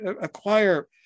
acquire